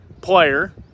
player